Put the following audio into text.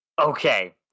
Okay